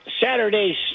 Saturday's